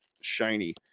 shiny